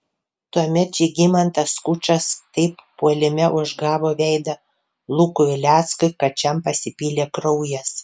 tuomet žygimantas skučas taip puolime užgavo veidą lukui uleckui kad šiam pasipylė kraujas